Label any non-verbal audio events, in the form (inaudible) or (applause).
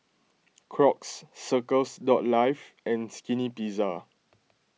Crocs Circles (unintelligible) Life and Skinny Pizza